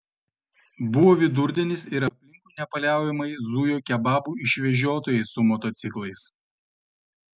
buvo vidurdienis ir aplinkui nepaliaujamai zujo kebabų išvežiotojai su motociklais